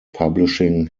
publishing